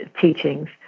teachings